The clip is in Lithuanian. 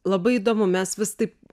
labai įdomu mes vis taip